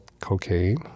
cocaine